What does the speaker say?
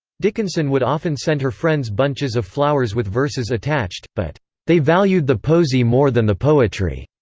dickinson would often send her friends bunches of flowers with verses attached, but they valued the posy more than the poetry.